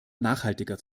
nachhaltiger